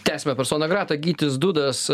tęsiame persona grata gytis dudas